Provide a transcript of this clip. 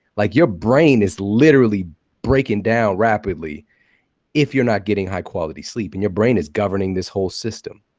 like your brain is literally breaking down rapidly if you're not getting high-quality sleep, and your brain is governing this whole system.